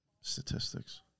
statistics